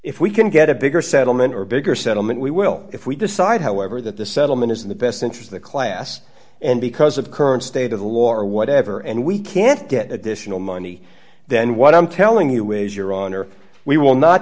if we can get a bigger settlement or bigger settlement we will if we decide however that the settlement is in the best interest the class and because of the current state of the war whatever and we can't get additional money then what i'm telling you is your honor we will not